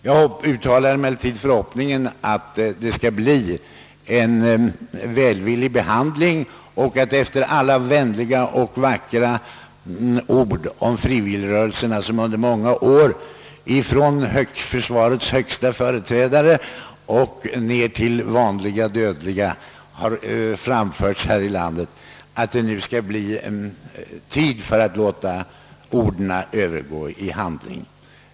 Oavsett detta uttalar jag förhoppningen att det skall bli en välvillig behandling och att det efter alla de vänliga och vackra ord om frivilligrörelserna, som under många år ifrån försvarets högsta företrädare och även vanliga dödliga har framförts, nu skall vara tid att låta orden övergå i handling.